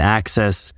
access